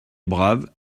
brave